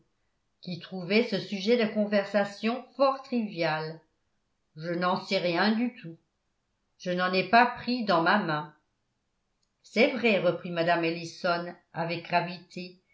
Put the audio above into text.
qui trouvait ce sujet de conversation fort trivial je n'en sais rien du tout je n'en ai pas pris dans ma main c'est vrai reprit mme ellison avec gravité